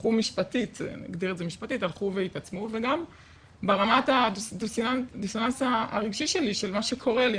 הלכו והתעצמו וגם ברמת הדיסוננס הרגשי שלי של מה שקורה לי.